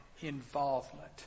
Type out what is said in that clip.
involvement